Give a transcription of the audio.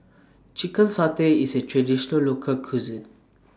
Chicken Satay IS A Traditional Local Cuisine